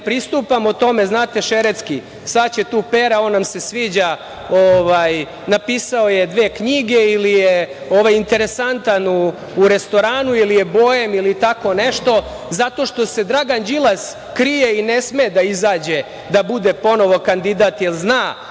ne pristupamo tome, znate, šeretski - sad će tu Pera, on nam se sviđa, napisao je dve knjige ili je interesantan u restoranu ili je boem ili tako nešto, zato što se Dragan Đilas krije i ne sme da izađe, da bude ponovo kandidat jer zna